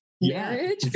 marriage